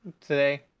today